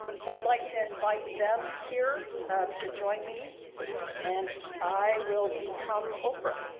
so i'd like to invite them here to join me and i will become oprah.